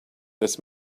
this